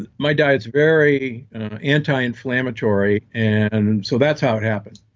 and my diet is very anti-inflammatory and so that's how it happened.